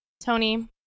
Tony